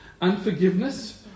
unforgiveness